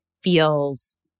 feels